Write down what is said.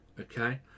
Okay